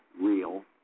real